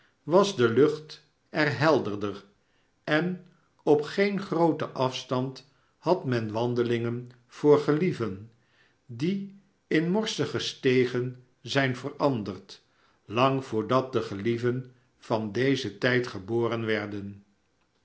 was de lucht er helderder en op geen grooten afstand had men wandelingen voor gelieven die in morsige stegen zijn veranderd lang voordat de gelieven van dezen tijd geboren werden